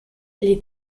les